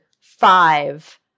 five